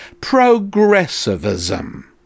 Progressivism